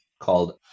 called